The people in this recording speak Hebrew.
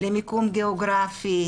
למיקום גיאוגרפי,